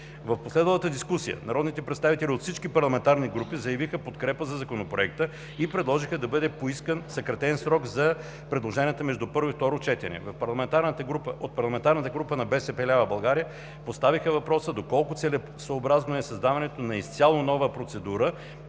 В последвалата дискусия народните представители от всички парламентарни групи заявиха подкрепа за Законопроекта и предложиха да бъде поискан съкратен срок за предложения между първо и второ четене. От Парламентарната група на „БСП лява България” поставиха въпроса доколко целесъобразно е създаването на изцяло нова процедура